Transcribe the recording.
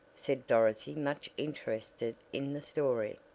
said dorothy much interested in the story.